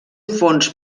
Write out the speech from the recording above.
fons